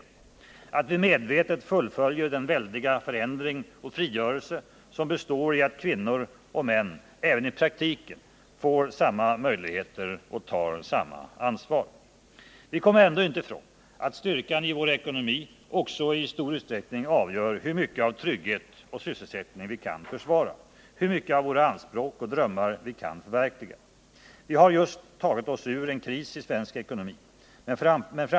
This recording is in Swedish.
Vi bör vidare se till att vi medvetet fullföljer den väldiga förändring och frigörelse som består i att kvinnor och män även i praktiken får samma möjligheter och kan ta samma ansvar. Vi kommer ändå inte ifrån att styrkan i vår ekonomi också i stor utsträckning avgör hur mycket av trygghet och sysselsättning som vi kan försvara, hur mycket av våra anspråk och drömmar som vi kan förverkliga. Vi har just tagit oss ur en kris i svensk ekonomi.